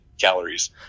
calories